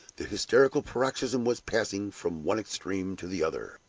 the hysterical paroxysm was passing from one extreme to the other.